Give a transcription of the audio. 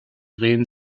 drehen